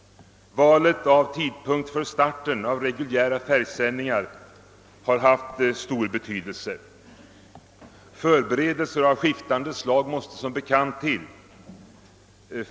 Valet av tidpunkt för starten av reguljära färgsändningar har haft stor betydelse. Förberedelser av skiftande slag måste som bekant till.